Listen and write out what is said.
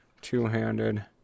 two-handed